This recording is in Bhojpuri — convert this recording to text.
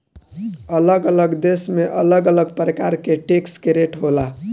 अलग अलग देश में अलग अलग प्रकार के टैक्स के रेट होला